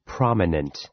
Prominent